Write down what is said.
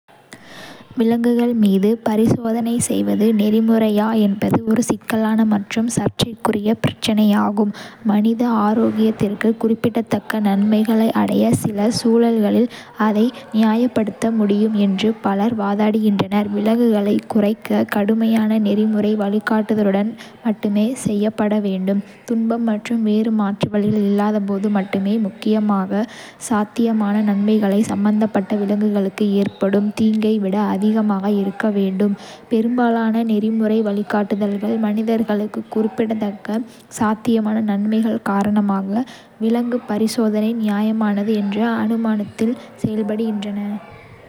விலங்குகள் மீது பரிசோதனை செய்வது நெறிமுறையா என்பது ஒரு சிக்கலான மற்றும் சர்ச்சைக்குரிய பிரச்சினையாகும், மனித ஆரோக்கியத்திற்கு குறிப்பிடத்தக்க நன்மைகளை அடைய சில சூழ்நிலைகளில் அதை நியாயப்படுத்த முடியும் என்று பலர் வாதிடுகின்றனர், விலங்குகளை குறைக்க கடுமையான நெறிமுறை வழிகாட்டுதல்களுடன் மட்டுமே செய்யப்பட வேண்டும். துன்பம் மற்றும் வேறு மாற்று வழிகள் இல்லாத போது மட்டுமே. முக்கியமாக, சாத்தியமான நன்மைகள் சம்பந்தப்பட்ட விலங்குகளுக்கு ஏற்படும் தீங்கை விட அதிகமாக இருக்க வேண்டும். பெரும்பாலான நெறிமுறை வழிகாட்டுதல்கள் மனிதர்களுக்கு குறிப்பிடத்தக்க சாத்தியமான நன்மைகள் காரணமாக விலங்கு பரிசோதனை நியாயமானது என்ற அனுமானத்தில் செயல்படுகின்றன.